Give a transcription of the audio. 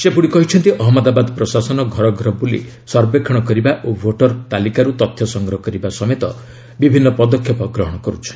ସେ ପୁଣି କହିଛନ୍ତି ଅହଜ୍ଞଦାବାଦ ପ୍ରଶାସନ ଘର ଘର ବୁଲି ସର୍ବେକ୍ଷଣ କରିବା ଓ ଭୋଟର ତାଲିକାର୍ ତଥ୍ୟ ସଂଗ୍ରହ କରିବା ସମେତ ବିଭିନ୍ନ ପଦକ୍ଷେପ ଗ୍ରହଣ କରିଛି